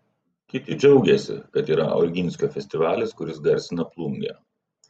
kiti džiaugiasi kad yra oginskio festivalis kuris garsina plungę